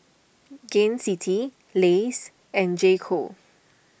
Gain City Lays and J Co